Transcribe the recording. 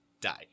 die